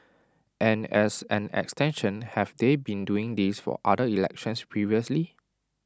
and as an extension have they been doing this for other elections previously